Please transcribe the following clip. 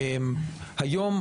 היום,